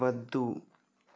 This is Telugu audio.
వద్దు